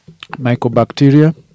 mycobacteria